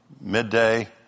midday